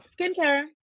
Skincare